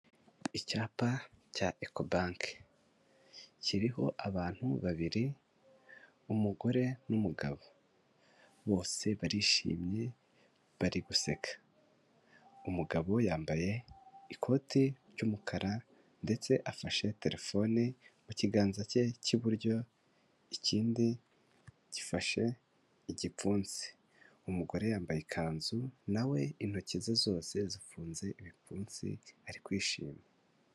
cyapa cya Ekobanke kiriho abantu babiri umugore n'umugabo bose barishimye bari guseka. Umugabo yambaye ikoti ry'umukara ndetse afashe terefone mu kiganza cye cy'iburyo ikindi gifashe igipfunsi. Umugore yambaye ikanzu nawe intoki ze zose zifunze ibipfunsi ari kwishima.